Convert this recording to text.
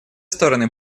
стороны